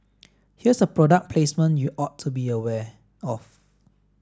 here's a product placement you ought to be aware of